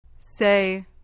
Say